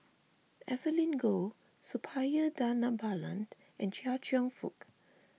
Evelyn Goh Suppiah Dhanabalan and Chia Cheong Fook